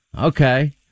Okay